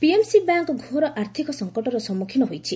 PMC bank ଘୋର ଆର୍ଥିକ ସଙ୍କଟର ସମ୍ମୁଖୀନ ହୋଇଛି